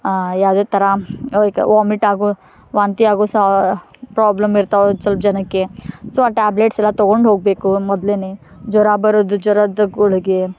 ಆಂ ಯಾವುದೇ ಥರ ವಾಮಿಟ್ ಆಗೋ ವಾಂತಿ ಆಗೋ ಸಾ ಪ್ರೋಬ್ಲಮ್ ಇರ್ತಾವೆ ಸಲ್ಪ ಜನಕ್ಕೆ ಸೊ ಆ ಟ್ಯಾಬ್ಲೇಟ್ಸ್ ಎಲ್ಲ ತಗೊಂಡು ಹೋಗಬೇಕು ಮೊದ್ಲೇ ಜ್ವರ ಬರೋದು ಜ್ವರದ ಗುಳಿಗೆ